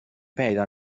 پیدا